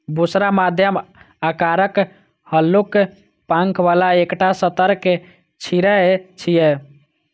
बुशरा मध्यम आकारक, हल्लुक पांखि बला एकटा सतर्क चिड़ै छियै